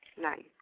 nine